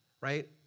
right